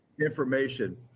information